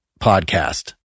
podcast